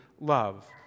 love